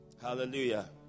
hallelujah